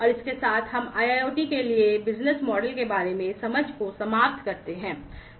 और इसके साथ हम IIoT के लिए बिजनेस मॉडल के इस लेक्चर को समाप्त करते हैं